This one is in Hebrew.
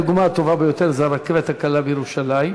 הדוגמה הטובה ביותר היא הרכבת הקלה בירושלים,